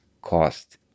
cost